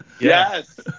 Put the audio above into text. Yes